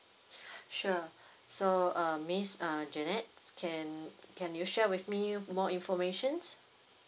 sure so uh miss uh janet can can you share with me more informations